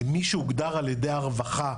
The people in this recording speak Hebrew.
למי שהוגדר על ידי הרווחה,